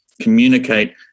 communicate